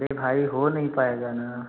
अरे भाई हो नहीं पाएगा ना